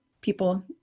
people